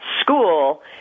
school